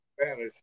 Spanish